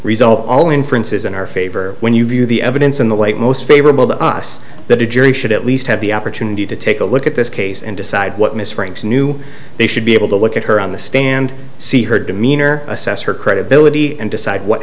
resolve all inferences in our favor when you view the evidence in the light most favorable to us that a jury should at least have the opportunity to take a look at this case and decide what miss franks knew they should be able to look at her on the stand see her demeanor assess her credibility and decide what